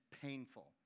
painful